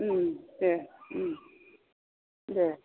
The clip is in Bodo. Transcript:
दे दे